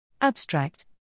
Abstract